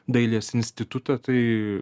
dailės institutą tai